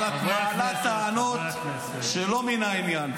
אבל את מעלה טענות שלא ממין העניין.